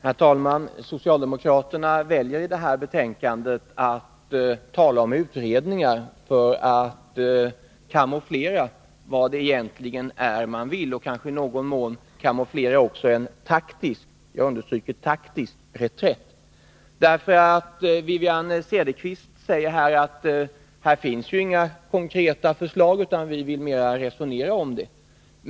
Herr talman! Socialdemokraterna har valt att i betänkandet tala om utredningar för att camouflera vad det är de egentligen vill och kanske i någon mån också för att camouflera en taktisk — jag understryker taktisk — reträtt. Wivi-Anne Cederqvist säger också att det inte finns några konkreta förslag i betänkandet, utan man vill resonera om detta.